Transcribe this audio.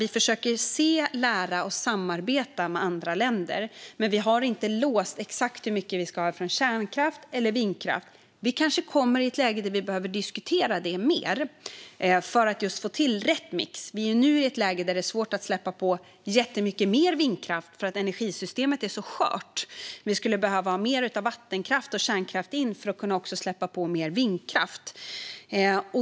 Vi försöker se, lära och samarbeta med andra länder, men vi har inte låst exakt hur mycket vi ska ha från kärnkraft eller vindkraft. Vi kanske kommer i ett läge då vi behöver diskutera det mer för att få till rätt mix. Just nu är det svårt att släppa på jättemycket mer vindkraft, eftersom energisystemet är så skört. Vi skulle behöva ha in mer av vattenkraft och kärnkraft för att också kunna släppa på mer vindkraft.